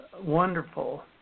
Wonderful